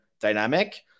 dynamic